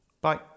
bye